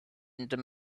under